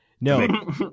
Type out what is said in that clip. no